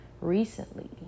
recently